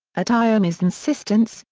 at iommi's insistence,